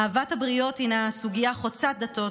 אהבת הבריות היא סוגיה חוצת דתות,